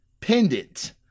pendant